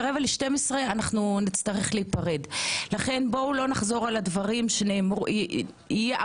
אז בואו נקיים דיון כי אין לנו הרבה זמן,